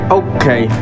okay